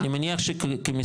אני מניח שכמשרד,